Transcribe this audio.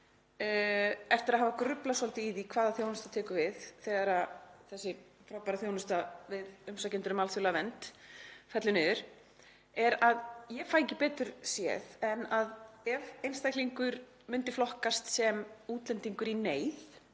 eftir að hafa gruflað svolítið í því hvaða þjónusta tekur við þegar þessi frábæra þjónusta við umsækjendur um alþjóðlega vernd fellur niður, er að ég fæ ekki betur séð en að ef einstaklingur myndi flokkast sem útlendingur í neyð